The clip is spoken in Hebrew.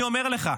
אני אומר לך,